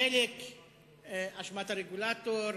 חלק באשמת הרגולטור,